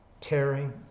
tearing